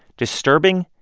disturbing,